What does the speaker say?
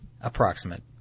Approximate